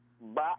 Ba